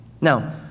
Now